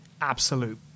absolute